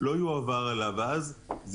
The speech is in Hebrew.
לא יועבר עליו אז מידע,